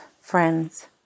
friends